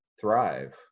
thrive